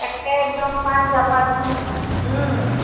একে একদম পাণ জপা দি